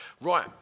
right